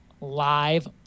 live